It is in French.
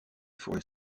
forêts